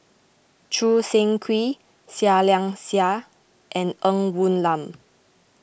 Choo Seng Quee Seah Liang Seah and Ng Woon Lam